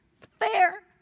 fair